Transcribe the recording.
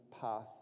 path